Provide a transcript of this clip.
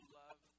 love